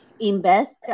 Invest